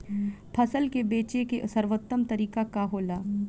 फसल के बेचे के सर्वोत्तम तरीका का होला?